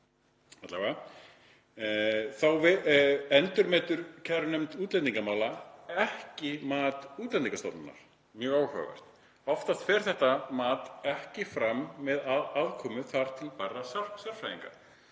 endurmetur kærunefnd útlendingamála ekki mat Útlendingastofnunar, mjög áhugavert. Oftast fer þetta mat ekki fram með aðkomu þar til bærra sérfræðinga.